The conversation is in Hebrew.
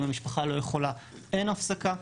אם המשפחה לא יכולה אין הפסקה.